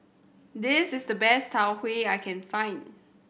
this is the best Tau Huay I can find